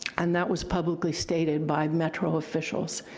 and that was publicly stated by metro officials.